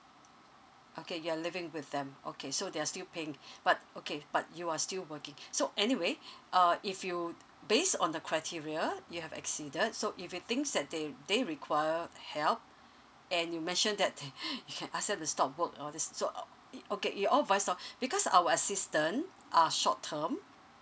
okay you're living with them okay so they're still paying but okay but you are still working so anyway uh if you based on the criteria you have exceeded so if you thinks that they they require help and you mentioned that you can ask them to stop work and all this so uh it okay it all because our assistance are short term